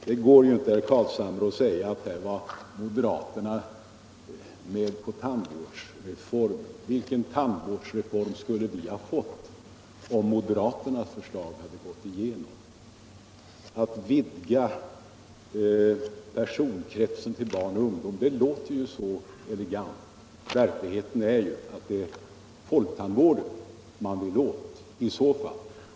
Det går inte, herr Carlshamre, att säga att moderaterna var med på tandvårdsreformen. Vilken tandvårdsreform skulle vi ha fått om moderaternas förslag hade gått igenom? Att vidga personkretsen till barn och ungdom låter så elegant. Verkligheten är att det är folktandvården man vill åt i så fall.